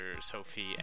sophie